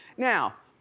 now,